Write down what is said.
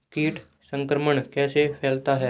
कीट संक्रमण कैसे फैलता है?